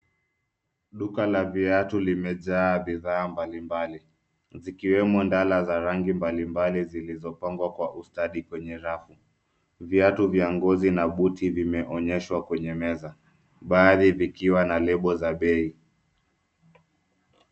Duka la viatu limejaa bidhaa mbali mbali zikiwemo ndala za rangi mbali mbali zilizo pangwa kwa ustadi kwenye rafu. Viatu vya ngozi na buti vimeonyeshwa kwenye meza baadhi vikiwa na lebo za bei